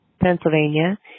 Pennsylvania